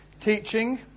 teaching